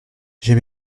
j’ai